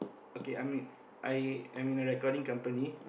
okay I mean I am in a recording company